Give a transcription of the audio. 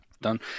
done